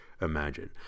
imagine